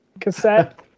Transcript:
cassette